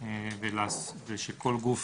אני רוצה רגע להתייחס לשאלה ששאלת